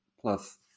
plus